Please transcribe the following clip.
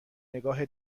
نگاه